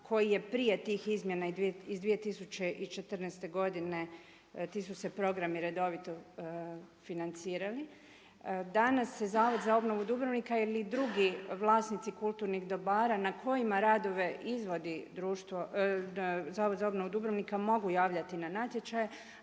koji je prije tih izmjena iz 2014. godine ti su se programi redovito financirali. Danas se Zavod za obnovu Dubrovnika ili drugi vlasnici kulturnih dobara na kojima radove izvodi društvo, Zavod za obnovu Dubrovnika mogu javljati na natječaje